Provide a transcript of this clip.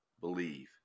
believe